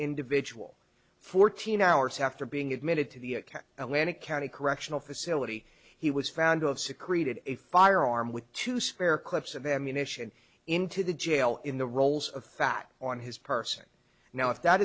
individual fourteen hours after being admitted to the atlanta county correctional facility he was found to have secreted a firearm with two spare clips of ammunition into the jail in the rolls of fat on his person now if that